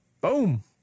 Boom